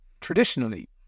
traditionally